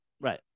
right